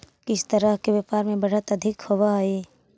किस तरह के व्यापार में बढ़त अधिक होवअ हई